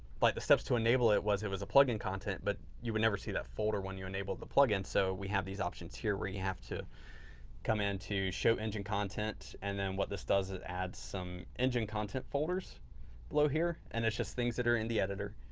like the steps to enable it was, it was a plugin content, but you would never see that folder when you enabled the plugin so we have these options here where you have to come in to show engine content. and then what this does is add some engine content folders below here and it's just things that are in the editor.